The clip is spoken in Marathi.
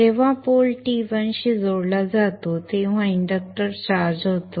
जेव्हा पोल T1 शी जोडला जातो तेव्हा इंडक्टर चार्ज होतो